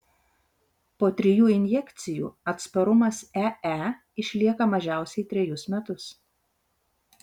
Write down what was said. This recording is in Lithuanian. po trijų injekcijų atsparumas ee išlieka mažiausiai trejus metus